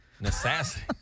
necessity